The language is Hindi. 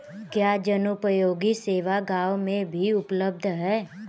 क्या जनोपयोगी सेवा गाँव में भी उपलब्ध है?